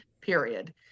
period